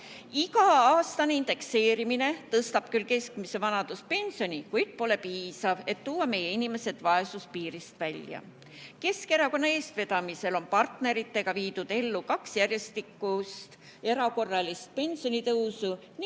indekseerimine tõstab küll keskmist vanaduspensioni, kuid pole piisav, et tuua meie inimesed vaesuspiirist välja. Keskerakonna eestvedamisel on partneritega viidud ellu kaks järjestikust erakorralist pensionitõusu ning